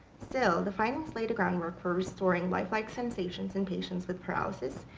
still the findings lay the groundwork for restoring life like sensations in patients with paralysis,